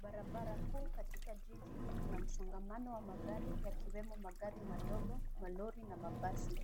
Barabara kuu katika jiji, ina msongamano wa magari yakiwemo magari madogo, malori na mabasi.